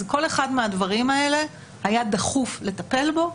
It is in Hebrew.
כל אחד מהדברים האלה, היה דחוף לטפל בו,